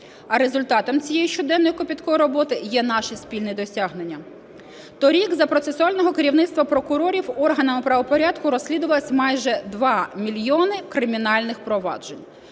А результатом цієї щоденної копіткої роботи є наші спільні досягнення. Торік, за процесуального керівництва прокурорів, органами правопорядку розслідувалося майже 2 мільйони кримінальних проваджень.